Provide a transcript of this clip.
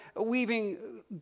weaving